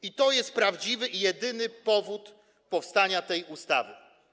I to jest prawdziwy i jedyny powód powstania tej ustawy.